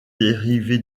dérivé